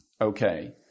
okay